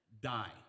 Die